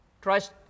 tries